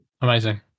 amazing